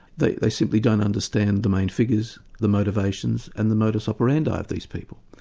they they simply don't understand the main figures, the motivations and the modus operandi of these people.